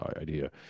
idea